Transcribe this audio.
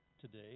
today